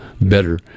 better